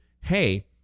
hey